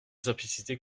simplicité